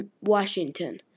Washington